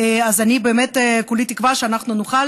אז אני באמת כולי תקווה שאנחנו נוכל